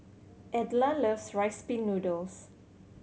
Edla loves Rice Pin Noodles